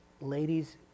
Ladies